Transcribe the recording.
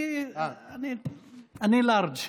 אני לארג'.